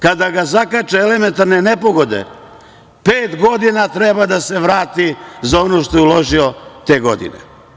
Kada ga zakače elementarne nepogode, pet godina treba da se vrati za ono što je uložio te godine.